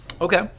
Okay